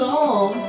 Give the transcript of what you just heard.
song